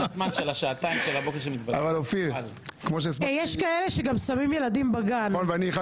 יש כאלה ששמים ילדים בגן.